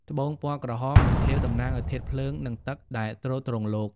ត្បូងពណ៌ក្រហម និងខៀវ តំណាងឱ្យធាតុភ្លើង និងទឹកដែលទ្រទ្រង់លោក។